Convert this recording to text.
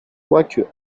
quoique